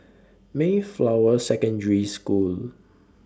Mayflower Secondary School